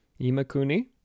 imakuni